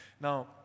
Now